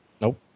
Nope